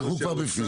אנחנו כבר בפנים.